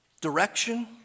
direction